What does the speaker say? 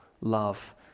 love